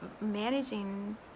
managing